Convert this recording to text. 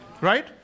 right